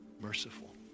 merciful